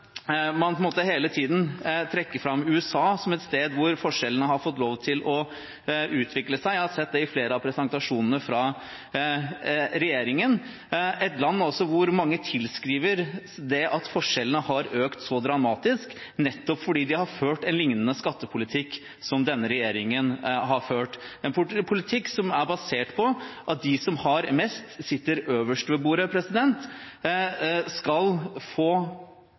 man hele tiden trekker fram USA som et sted hvor forskjellene har fått lov til å utvikle seg – jeg har sett det i flere av presentasjonene fra regjeringen – et land hvor mange altså tilskriver det at forskjellene har økt så dramatisk, nettopp at de har ført en liknende skattepolitikk som denne regjeringen har ført – en politikk som er basert på at de som har mest, som sitter øverst ved bordet, skal få